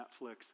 Netflix